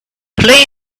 play